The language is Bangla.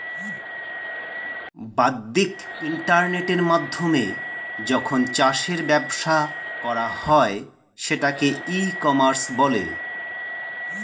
বাদ্দিক ইন্টারনেটের মাধ্যমে যখন চাষের ব্যবসা করা হয় সেটাকে ই কমার্স বলে